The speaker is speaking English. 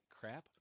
crap